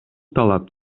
талап